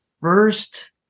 first